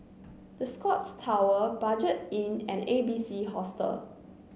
The Scotts Tower Budget Inn and A B C Hostel